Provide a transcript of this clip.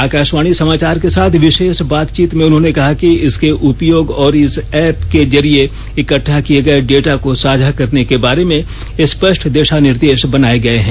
आकाशवाणी समाचार के साथ विशेष बातचीत में उन्होंने कहा कि इसके उपयोग और इस एप के जरिए इक्ट्वा किए गए डेटा को साझा करने के बारे में स्पष्ट दिशानिर्देश बनाए गए हैं